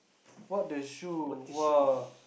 what the shoe !wah!